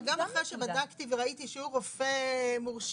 גם אחרי שבדקתי וראיתי שהוא רופא מורשה,